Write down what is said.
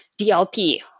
DLP